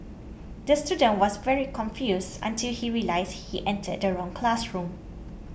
the student was very confused until he realised he entered the wrong classroom